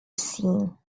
seen